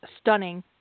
stunning